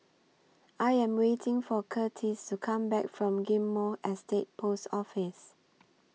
I Am waiting For Curtiss to Come Back from Ghim Moh Estate Post Office